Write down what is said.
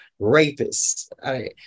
rapists